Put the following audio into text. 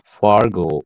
Fargo